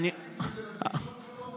למנסור עבאס, שיכניס את זה לדרישות שלו.